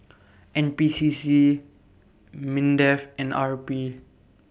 N P C C Mindef and R P